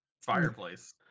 fireplace